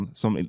som